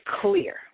clear